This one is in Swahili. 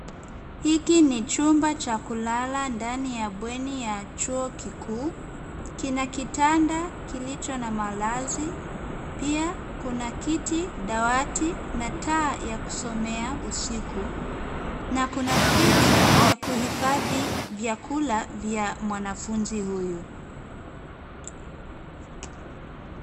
Hiki ni chumba cha kulala ndani ya bweni ya chuo kikuu. Kina kitanda kilicho na malazi. Pia kuna kiti, dawati, na taa ya kusomea usiku, na kuna friji ya kuhifadhi vyakula vya mwanafunzi huyu.